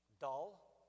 dull